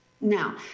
now